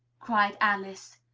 cried alice.